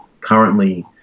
currently